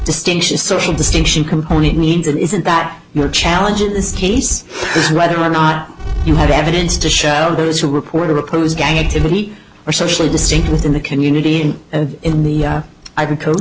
distinctions social distinction component means and isn't that your challenges tese whether or not you have evidence to shadow those who reported oppose gang activity or socially distinct within the community and in the ivory coast